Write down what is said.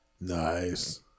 Nice